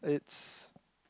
it's